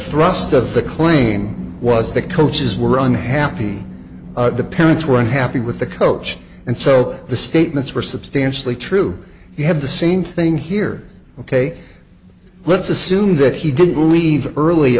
thrust of the claim was the coaches were unhappy the parents were unhappy with the coach and so the statements were substantially true he had the same thing here ok let's assume that he did leave early